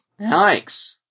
Yikes